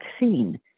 vaccine